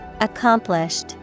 Accomplished